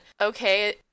okay